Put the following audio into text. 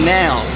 now